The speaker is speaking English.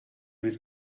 was